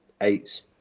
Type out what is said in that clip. eights